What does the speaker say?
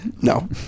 no